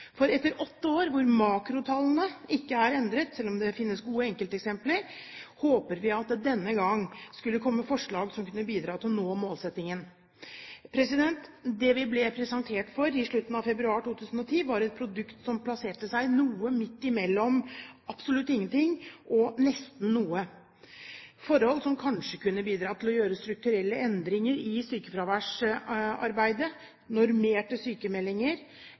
IA-avtale. Etter åtte år, hvor makrotallene ikke er endret, selv om det finnes gode enkelteksempler, håpet vi at det denne gang skulle komme forslag som kunne bidra til å nå målsettingen. Det vi ble presentert for i slutten av februar 2010, var et produkt som plasserte seg noe midt i mellom absolutt ingen ting og nesten noe. Forhold som kanskje kunne bidratt til å gjøre strukturelle endringer i sykefraværsarbeidet,